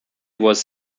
was